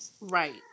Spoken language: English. Right